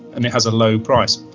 and it has a low price,